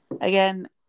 Again